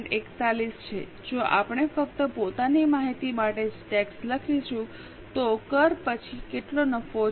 41 છે જો આપણે ફક્ત પોતાની માહિતી માટે જ ટેક્સ લખીશું તો કર પછી કેટલો નફો છે